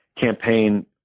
campaign